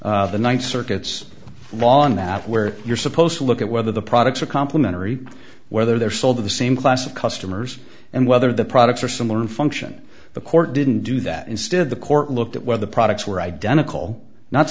s the th circuit's law and that where you're supposed to look at whether the products are complimentary whether they're sold to the same class of customers and whether the products are similar in function the court didn't do that instead the court looked at whether the products